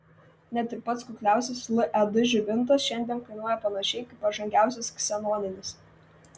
net ir pats kukliausias led žibintas šiandien kainuoja panašiai kaip pažangiausias ksenoninis